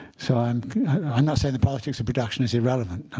so i'm not saying the politics of production is irrelevant.